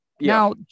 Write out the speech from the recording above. Now